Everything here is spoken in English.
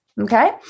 Okay